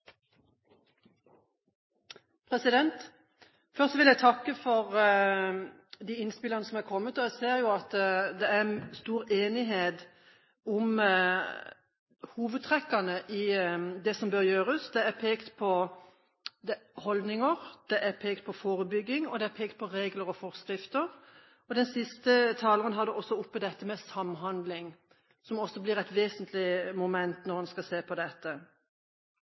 Først vil jeg takke for de innspillene som har kommet. Jeg ser jo at det er stor enighet om hovedtrekkene i hva som bør gjøres. Det er pekt på holdninger, på forebygging, på regler og forskrifter, og den siste taleren tok også opp samhandling, som også blir et vesentlig moment når en skal se på dette.